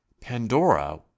Pandora